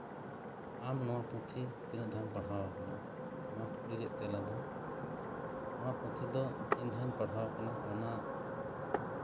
ᱟᱢ ᱱᱚᱣᱟ ᱯᱩᱛᱷᱤ ᱛᱱᱟᱹᱜ ᱫᱷᱟᱶ ᱮᱢ ᱯᱟᱲᱦᱟᱣ ᱟᱠᱟᱱᱟ ᱱᱚᱣᱟ ᱠᱩᱠᱞᱤ ᱨᱮᱭᱟᱜ ᱛᱮᱞᱟ ᱫᱚ ᱱᱚᱣᱟ ᱯᱩᱛᱷᱤ ᱫᱚ ᱛᱤᱱ ᱫᱷᱟᱣ ᱤᱧ ᱯᱟᱲᱦᱟᱣ ᱟᱠᱟᱱᱟ ᱚᱱᱟ